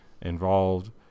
involved